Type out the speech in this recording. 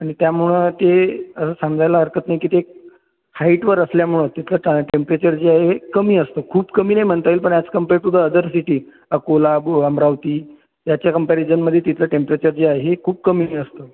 आणि त्यामुळं ते समजायला हरकत नाही की ते हाईटवर असल्यामुळं तिथलं ता टेंपरेचर जे आहे हे कमी असतं खूप कमी नाही म्हणता येईल पण as compare to the other city Akola बु अमरावती याच्या कंपॅरिजनमध्ये तिथलं टेंपरेचर जे आहे हे खूप कमी हे असतं